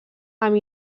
amb